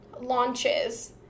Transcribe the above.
launches